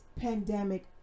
pandemic